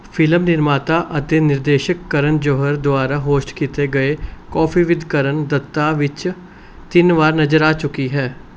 film ਨਿਰਮਾਤਾ ਅਤੇ ਨਿਰਦੇਸ਼ਕ ਕਰਨ ਜੌਹਰ ਦੁਆਰਾ ਹੋਸਟ ਕੀਤੇ ਗਏ ਕੌਫੀ ਵਿਦ ਕਰਨ ਦੱਤਾ ਵਿੱਚ ਤਿੰਨ ਵਾਰ ਨਜ਼ਰ ਆ ਚੁੱਕੀ ਹੈ